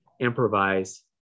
improvise